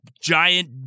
giant